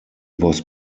was